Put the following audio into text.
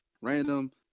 random